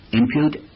impute